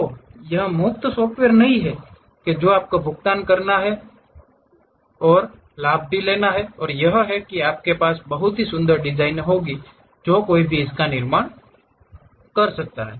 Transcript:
तो यह मुफ्त सॉफ्टवेयर नहीं है जो आपको भुगतान करना है लेकिन लाभ यह है कि आपके पास बहुत ही सुंदर डिजाइन होंगे जो कोई भी इसका निर्माण कर सकता है